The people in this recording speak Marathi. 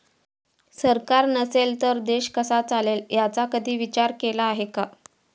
सरकार नसेल तर देश कसा चालेल याचा कधी विचार केला आहे का?